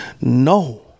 No